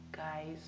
Guys